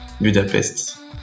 Budapest